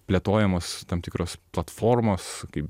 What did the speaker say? plėtojamos tam tikros platformos kaip